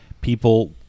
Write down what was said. people